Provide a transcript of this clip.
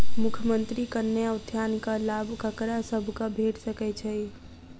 मुख्यमंत्री कन्या उत्थान योजना कऽ लाभ ककरा सभक भेट सकय छई?